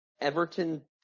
Everton